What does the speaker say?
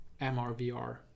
MRVR